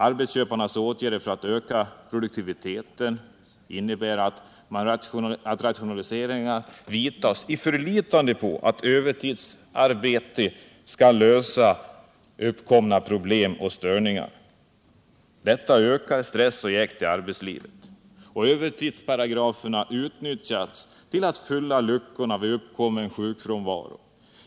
Arbetsköparnas åtgärder för att öka produktiviteten innebär att rationaliseringar vidtas i förlitande på att övertidsarbete skall lösa uppkomna problem och störningar. Detta ökar stress och jäkt i arbetslivet. Övertidsparagraferna utnyttjas till att fylla luckorna vid uppkommen sjukfrånvaro.